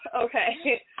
Okay